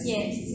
Yes